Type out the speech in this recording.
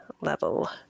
level